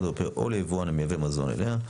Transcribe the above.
האירופי או ליבואן המייבא מזון אליה,